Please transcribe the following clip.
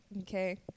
Okay